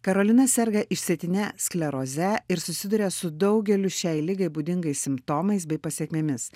karolina serga išsėtine skleroze ir susiduria su daugeliu šiai ligai būdingais simptomais bei pasekmėmis